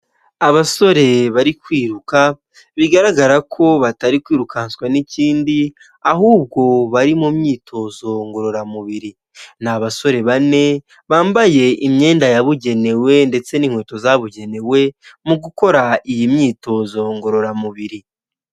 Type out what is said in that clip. Abasore bari kwiruka bigaragara ko batari kwirukanswa n'ikindi ahubwo bari mu myitozo ngororamubiri, ni abasore bane bambaye imyenda yabugenewe ndetse n'inkweto zabugenewe mu gukora iyi myitozo ngororamubiri.